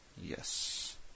Yes